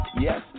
Yes